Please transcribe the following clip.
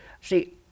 See